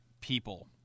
people